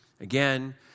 Again